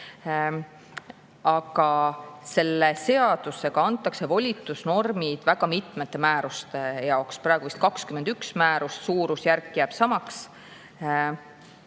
Aga selle seadusega antakse volitusnormid väga mitme määruse jaoks. Praegu on 21 määrust, suurusjärk jääb samaks.